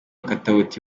katauti